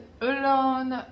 alone